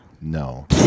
No